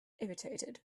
irritated